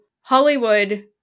Hollywood